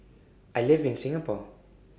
I live in Singapore